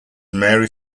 mary